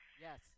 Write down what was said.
Yes